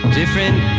different